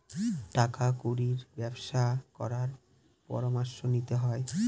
টাকা কুড়ির ব্যবসা করার পরামর্শ নিতে হয়